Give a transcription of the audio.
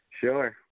sure